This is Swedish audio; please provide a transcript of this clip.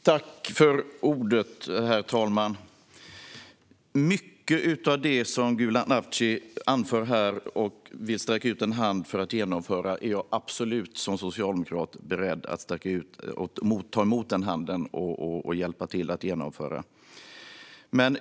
Herr talman! Mycket av det som Gulan Avci anför här och vill sträcka ut en hand för att genomföra är jag absolut som socialdemokrat beredd att sträcka ut en hand och ta emot och hjälpa till att genomföra. Herr talman!